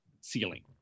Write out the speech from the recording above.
ceiling